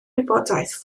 wybodaeth